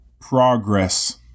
Progress